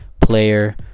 player